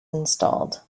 installed